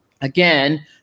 again